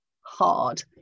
hard